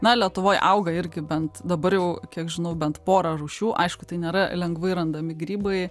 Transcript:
na lietuvoj auga irgi bent dabar jau kiek žinau bent pora rūšių aišku tai nėra lengvai randami grybai